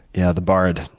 yeah, the bard.